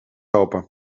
open